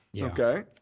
Okay